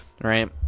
right